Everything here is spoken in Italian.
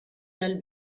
dal